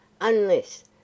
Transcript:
Unless